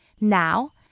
Now